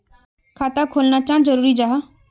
खाता खोलना चाँ जरुरी जाहा?